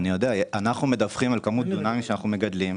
אנחנו מדווחים על כמות דונמים שאנחנו מגדלים,